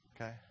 Okay